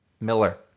Miller